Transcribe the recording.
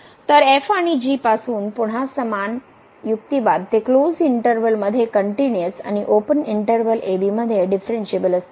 तर f आणि g पासून पुन्हा समान युक्तिवाद ते क्लोज्ड इंटर्वल मध्ये कनट्युनअस आणि ओपन इंटर्वल मध्ये डिफरणशिएबल असतात